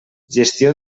gestió